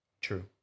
True